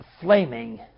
flaming